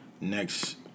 next